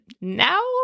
now